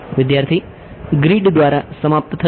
વિદ્યાર્થી ગ્રિડ દ્વારા સમાપ્ત થશે